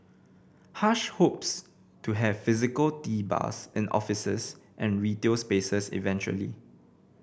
hush hopes to have physical tea bars in offices and retail spaces eventually